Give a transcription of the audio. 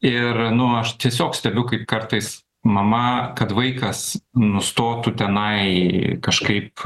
ir nu aš tiesiog stebiu kaip kartais mama kad vaikas nustotų tenai kažkaip